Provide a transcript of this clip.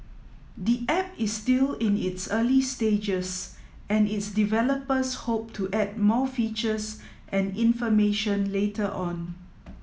the app is still in its early stages and its developers hope to add more features and information later on